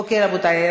למשנה לא מתאים.